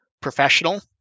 professional